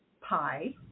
Pie